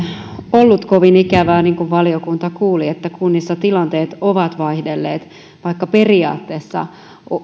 ollut kovin ikävää niin kuin valiokunta kuuli että kunnissa tilateet ovat vaihdelleet vaikka periaatteessa